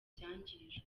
byangijwe